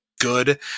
good